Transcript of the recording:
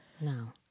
No